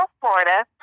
Florida